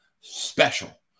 special